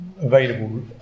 available